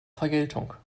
vergeltung